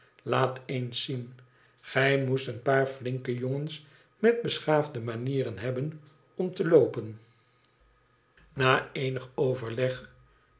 laat eens zien gij moest een paar flinke jongens roet beschaafde manieren hebben om te loopen na eenig overleg